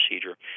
procedure